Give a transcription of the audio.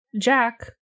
Jack